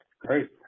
Great